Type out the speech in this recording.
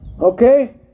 Okay